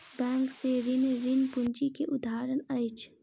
bank से ऋण, ऋण पूंजी के उदाहरण अछि